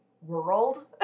world